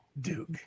Duke